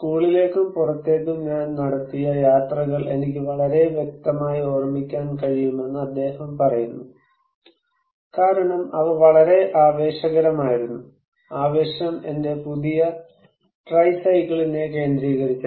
സ്കൂളിലേക്കും പുറത്തേക്കും ഞാൻ നടത്തിയ യാത്രകൾ എനിക്ക് വളരെ വ്യക്തമായി ഓർമിക്കാൻ കഴിയുമെന്ന് അദ്ദേഹം പറയുന്നു കാരണം അവ വളരെ ആവേശകരമായിരുന്നു ആവേശം എന്റെ പുതിയ ട്രൈസൈക്കിളിനെ കേന്ദ്രീകരിച്ചായിരുന്നു